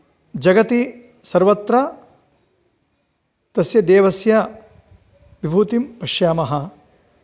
जगति सर्वत्र तस्य देवस्य विभूतिं पश्यामः